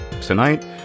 Tonight